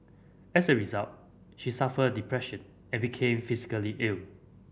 as a result she suffered depression and became physically ill